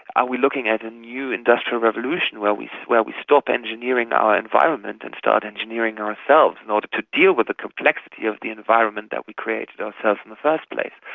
are we looking at a new industrial revolution where we where we stop engineering our ah ah environment and start engineering ourselves in order to deal with the complexity of the environment that we created ourselves in the first place?